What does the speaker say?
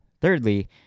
Thirdly